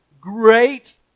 great